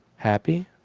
happy.